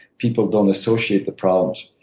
people don't associate the problems.